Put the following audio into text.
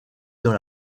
dans